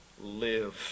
live